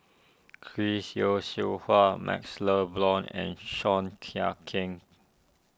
Chris Yeo Siew Hua MaxLe Blond and Seah Kian Keng